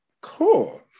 Cool